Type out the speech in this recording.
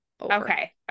Okay